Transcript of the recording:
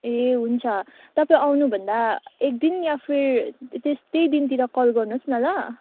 ए हुन्छ तपाईँ आउनुभन्दा एक दिन या फिर त्यही दिनतिर कल गर्नुहोस् न ल